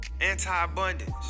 Anti-abundance